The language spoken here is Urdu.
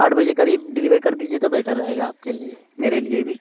آٹھ بجے قریب ڈلیور کر دیجیے تو بیٹر رہے گا آپ کے لیے میرے لیے بھی